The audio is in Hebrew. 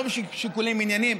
לא משיקולים ענייניים.